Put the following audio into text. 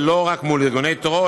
ולא רק מול ארגוני טרור,